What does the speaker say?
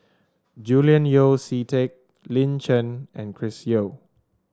Julian Yeo See Teck Lin Chen and Chris Yeo